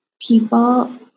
people